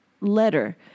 letter